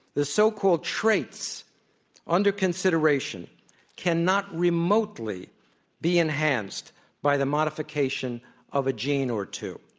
the so-called traits under consideration cannot remotely be enhanced by the modification of a gene or two.